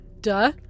Duh